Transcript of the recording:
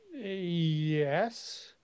Yes